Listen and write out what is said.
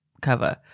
cover